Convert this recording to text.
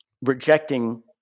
rejecting